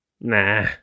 Nah